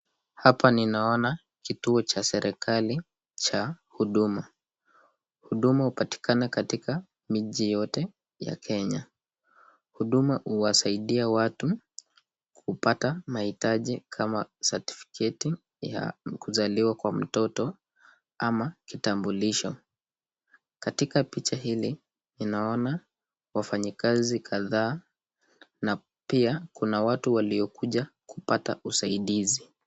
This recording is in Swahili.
Hapa ninaona kituo cha serikali cha huduma. Huduma hupatikana katika miji yote ya Kenya. Huduma huwasaidia watu kupata mahitaji kama certificate ya kuzaliwa kwa mtoto ama kitambulisho. Katika picha hili ninaona wafanyikazi kadhaa na pia kuna watu waliokuja kupata usaidizi.